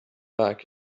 back